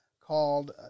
called